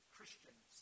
Christians